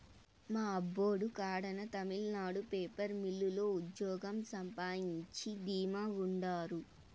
మా అబ్బోడు కడాన తమిళనాడు పేపర్ మిల్లు లో ఉజ్జోగం సంపాయించి ధీమా గుండారు